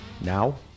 Now